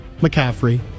McCaffrey